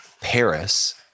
Paris